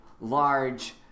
large